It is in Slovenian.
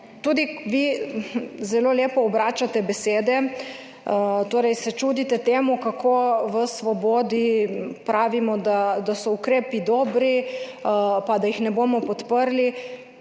tudi zelo lepo obračate besede, torej se čudite temu, kako v Svobodi pravimo, da so ukrepi dobri, pa da jih ne bomo podprli.